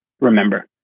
remember